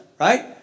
right